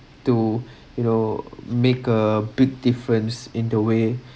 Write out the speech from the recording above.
to you know make a big difference in the way